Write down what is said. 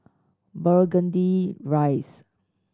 Burgundy Rise